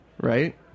Right